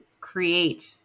create